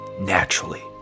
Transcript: naturally